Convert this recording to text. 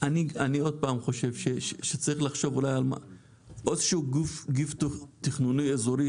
אני עוד פעם חושב שצריך לחשוב אולי על עוד איזשהו גוף תכנוני אזורי,